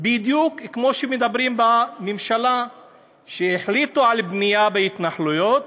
בדיוק כמו שמדברים בממשלה שהחליטה על בנייה בהתנחלויות,